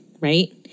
right